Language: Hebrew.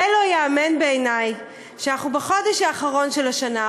די לא ייאמן בעיני שאנחנו בחודש האחרון של השנה,